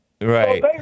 Right